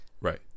Right